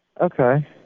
okay